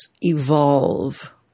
evolve